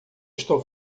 estou